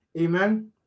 Amen